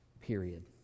period